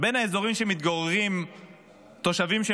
בין האזורים שמתגוררים בהם תושבים של